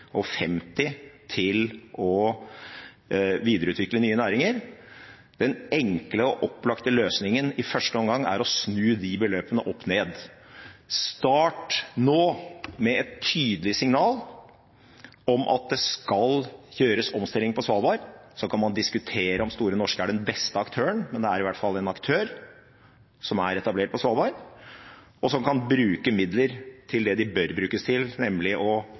og 50 mill. kr til å videreutvikle nye næringer. Den enkle og opplagte løsningen i første omgang er å snu de beløpene opp ned. Start nå, med et tydelig signal om at det skal gjøres omstillinger på Svalbard. Så kan man diskutere om Store Norske er den beste aktøren, men det er i hvert fall en aktør som er etablert på Svalbard, og som kan bruke midler til det de bør brukes til, nemlig å